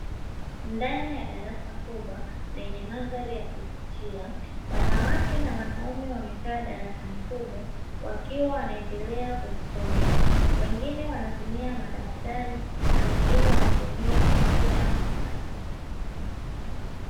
Ndani ya darasa kubwa lenye mandhari ya kuvutia wanawake na wanaume wamekaa darasani humo wakiwa wanaendelea kujisomea; wengine wanatumia madaftari na wengine wanatumia kompyuta mpakato.